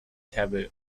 taboo